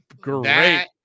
great